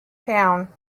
town